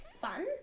fun